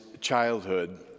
childhood